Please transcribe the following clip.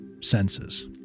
senses